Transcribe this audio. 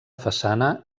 façana